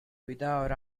without